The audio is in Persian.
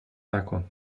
نکن